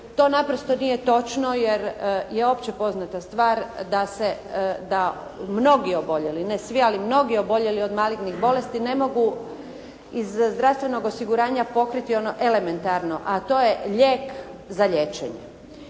To naprosto nije točno jer je općepoznata stvar da mnogi oboljeli, ne svi ali mnogi oboljeli od malignih bolesti ne mogu iz zdravstvenog osiguranja pokriti ono elementarno, a to je lijek za liječenje.